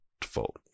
default